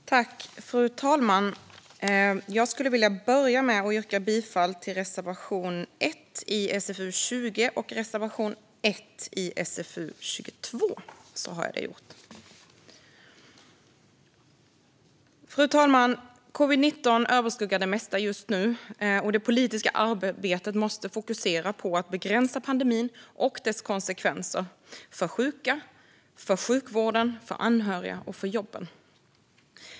Migration och asyl-politik, Anhöriginvand-ring och Arbetskrafts-invandring Fru talman! Jag vill börja med att yrka bifall till reservation 1 i SfU20 och reservation 1 i SfU22. Fru talman! Covid-19 överskuggar det mesta just nu. Det politiska arbetet måste fokusera på att begränsa pandemin och dess konsekvenser för sjuka, för sjukvården, för anhöriga och för jobben.